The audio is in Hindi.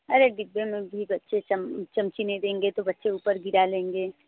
अरे विक्रम अभी बच्चे चम चम्मच नहीं देंगे तो बच्चे ऊपर गिरा लेंगे